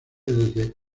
desde